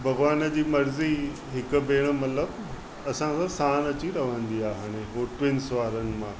भॻवान जी मर्ज़ी हिकु भेण मतिलबु असांखा साणि अची रहंदी आहे हाणे उहा ट्विन्स वारनि मां